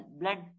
blood